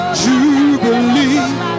jubilee